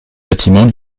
bâtiments